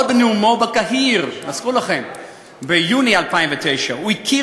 עוד בנאומו בקהיר ביוני 2009 הוא הכיר